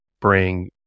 bring